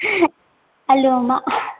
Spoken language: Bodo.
आलु अमा